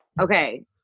okay